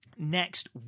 Next